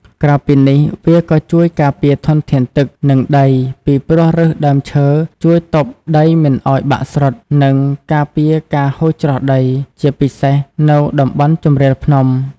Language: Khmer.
ក្រៅពីនេះវាក៏ជួយការពារធនធានទឹក និងដី ពីព្រោះឫសដើមឈើជួយទប់ដីមិនឱ្យបាក់ស្រុត និងការពារការហូរច្រោះដី ជាពិសេសនៅតំបន់ជម្រាលភ្នំ។